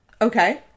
Okay